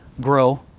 grow